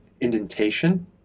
indentation